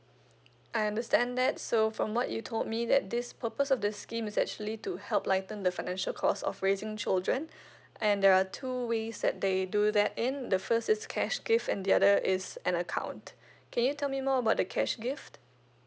I understand that so from what you told me that this purpose of this scheme is actually to help lighten the financial clause of raising children and there are two ways that they do that in the first is cash gift and the other is an account can you tell me more about the cash gift